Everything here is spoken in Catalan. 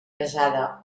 casada